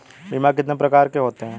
बीमा कितने प्रकार के होते हैं?